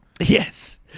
Yes